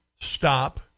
stop